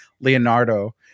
Leonardo